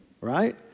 Right